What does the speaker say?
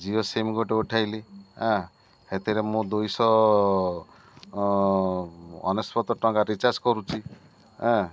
Jio SIM ଗୋଟେ ଉଠାଇଲି ହଁ ହେଥିରେ ମୁଁ ଦୁଇଶହ ଅନେଶତ ଟଙ୍କା ରିଚାର୍ଜ କରୁଛି ଏଁ